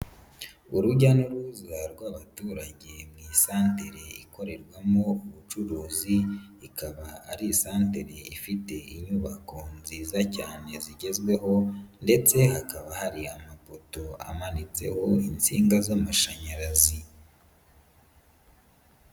Urujya n'uruza rw'abaturage mu isantere ikorerwamo ubucuruzi, ikaba ari isantere ifite inyubako nziza cyane zigezweho ndetse hakaba hari amapoto amanitseho insinga z'amashanyarazi.